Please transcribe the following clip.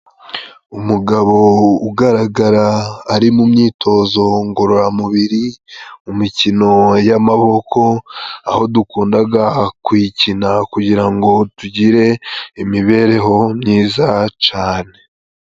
Umugabo ugaragara ari mu myitozo ngororamubiri, mu mikino y'amaboko, aho dukunda kuyikina kugira ngo tugire imibereho myiza cyane.